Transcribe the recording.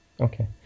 Okay